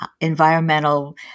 environmental